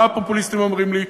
מה הפופוליסטים אומרים לי?